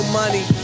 money